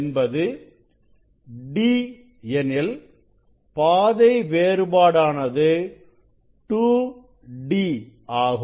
என்பது d எனில் பாதை வேறுபாடானது 2d ஆகும்